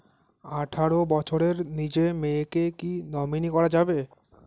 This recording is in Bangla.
আঠারো বছরের নিচে মেয়েকে কী নমিনি করা যাবে?